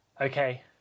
Okay